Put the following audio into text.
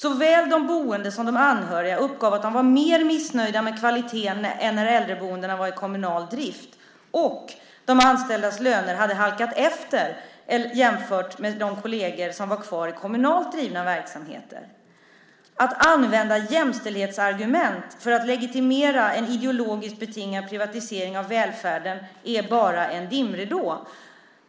Såväl de boende som de anhöriga uppgav att de var mer missnöjda med kvaliteten än när äldreboendena var i kommunal drift, och de anställdas löner hade halkat efter jämfört med de kolleger som var kvar i kommunalt drivna verksamheter. Att använda jämställdhetsargument för att legitimera en ideologiskt betingad privatisering av välfärden är bara en dimridå.